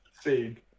speed